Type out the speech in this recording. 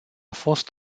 fost